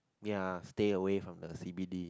ya stay away from the C_B_D